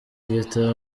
guitar